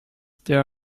there